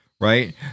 Right